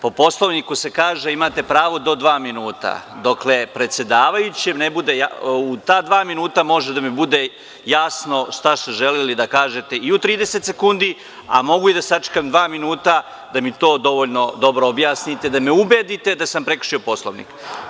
Po Poslovniku se kaže imate pravo do dva minuta dokle predsedavajućem, i u ta dva minuta može da mi bude jasno šta ste želeli da kažete i u 30 sekundi, a mogu i da sačekam dva minuta da mi to dovoljno dobro objasnite i da me ubedite da sam prekršio Poslovnik.